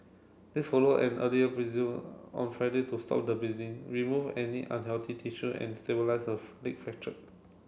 this follow an earlier on Friday to stop the bleeding remove any unhealthy tissue and stabilise her leg fracture